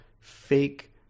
fake